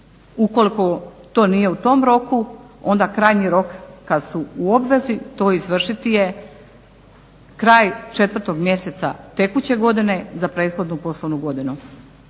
koliko nije u tom roku onda krajnji rok kada su u obvezi to izvršiti je kraj 4.mjeseca tekuće godine za prethodnu poslovnu godinu.